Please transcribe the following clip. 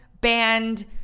banned